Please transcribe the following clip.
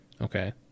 Okay